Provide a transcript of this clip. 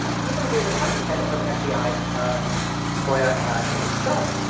even david harty, head of fbi foia himself,